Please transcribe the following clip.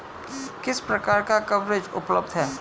किस प्रकार का कवरेज उपलब्ध है?